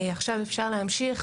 עכשיו אפשר להמשיך.